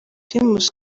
primus